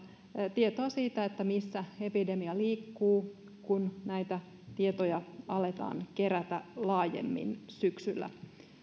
tietoa siitä missä epidemia liikkuu kun näitä tietoja aletaan kerätä laajemmin syksyllä